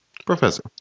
Professor